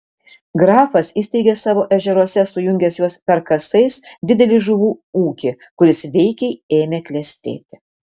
grafas įsteigė savo ežeruose sujungęs juos perkasais didelį žuvų ūkį kuris veikiai ėmė klestėti